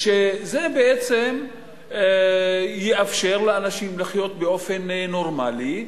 שזה בעצם יאפשר לאנשים לחיות באופן נורמלי,